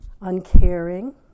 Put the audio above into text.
uncaring